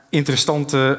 interessante